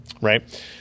right